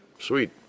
Sweet